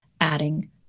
adding